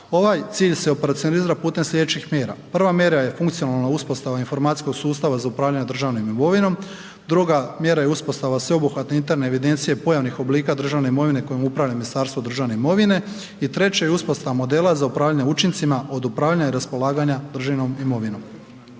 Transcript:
Ovaj cilj se operacionalizira putem sljedećih mjera. Prva mjera je funkcionalna uspostava informacijskog sustava za upravljanje državnom imovinom, druga mjera je uspostava sveobuhvatne interne evidencije .../Govornik se ne razumije./... državnih oblika državne imovine kojom upravlja Ministarstvo državne imovine i treće je uspostava modela za upravljanje učincima od upravljanja i raspolaganja državnom imovinom.